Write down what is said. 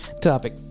topic